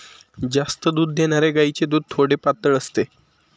जास्त दूध देणाऱ्या गायीचे दूध थोडे पातळ असते